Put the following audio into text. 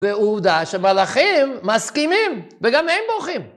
זה עובדה שמלאכים מסכימים, וגם הם בוכים.